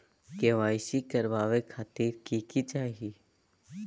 KYC करवावे खातीर कि कि चाहियो?